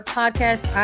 podcast